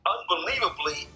Unbelievably